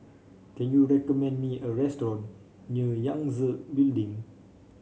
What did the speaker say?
can you recommend me a restaurant near Yangtze Building